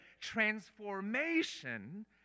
transformation